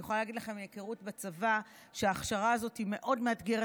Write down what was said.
אני יכולה להגיד לכם מהיכרות בצבא שההכשרה הזאת מאוד מאתגרת,